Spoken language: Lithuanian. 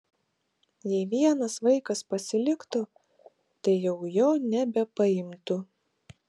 jei vienas vaikas pasiliktų tai jau jo nebepaimtų